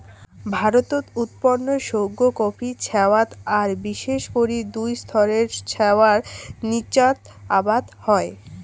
ভারতত উৎপন্ন সৌগ কফি ছ্যাঙাত আর বিশেষ করি দুই স্তরের ছ্যাঙার নীচাত আবাদ হই